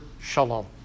shalom